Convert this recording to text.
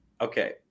Okay